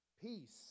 Peace